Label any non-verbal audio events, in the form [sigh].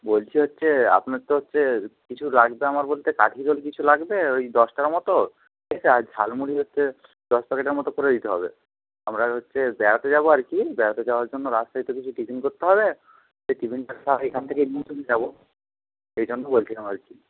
বলছি হচ্ছে আপনার তো হচ্ছে কিছু লাগবে আমার বলতে কাঠি রোল কিছু লাগবে ওই দশটার মতো [unintelligible] আছে আর ঝালমুড়ি হচ্ছে দশ প্যাকেটের মতো করে দিতে হবে আমরা হচ্ছে বেড়াতে যাব আর কি বেড়াতে যাওয়ার জন্য রাস্তায় তো কিছু টিফিন করতে হবে সেই টিফিনটা [unintelligible] এখান থেকে নিয়ে চলে যাব সেই জন্য বলছিলাম আর কি